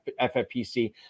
FFPC